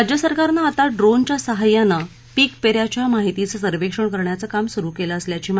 राज्य सरकारनं आता ड्रोनच्या सहकार्यानं पिकपेऱ्याच्या माहितीचं सर्वेक्षण करण्याच काम सुरु असल्याची केलं